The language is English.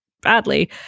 badly